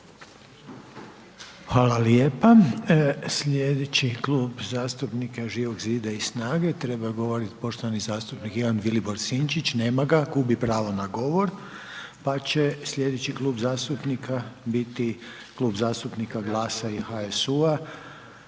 Hvala lijepa. Sljedeći Klub zastupnika je Živog zida i SNAGA-e, treba govoriti poštovani zastupnik Ivan Vilibor Sinčić, nema ga, gubi pravo na govor. Pa će sljedeći Klub zastupnika biti Klub zastupnika GLAS-a i HSU-a,